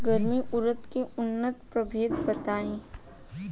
गर्मा उरद के उन्नत प्रभेद बताई?